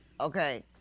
okay